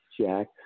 Jack